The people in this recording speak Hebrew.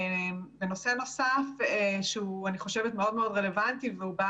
נושא נוסף שאני חושבת שהוא מאוד מאוד רלוונטי והוא בא